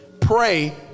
pray